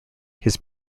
his